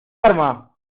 arma